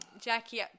Jackie